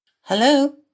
Hello